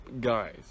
guys